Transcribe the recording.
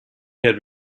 had